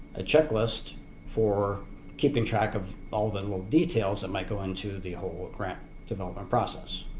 a checklist for keeping track of all the little details that might go into the whole development process.